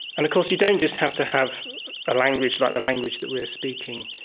and of course you don't just have to have a language like the language that we are speaking.